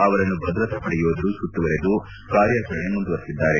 ಅವರನ್ನು ಭದ್ರತಾಪಡೆ ಯೋಧರು ಸುತ್ತುವರೆದು ಕಾರ್ಯಾಚರಣೆ ಮುಂದುವರೆಸಿದ್ದಾರೆ